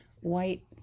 white